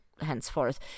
henceforth